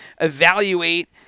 evaluate